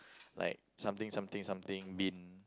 like something something something bin